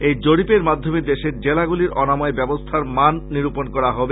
এই জরীপের মাধ্যমে দেশের জেলা গুলির অনাময় ব্যবস্থার মান নিরূপন করা হবে